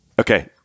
Okay